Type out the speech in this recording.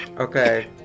Okay